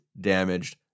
damaged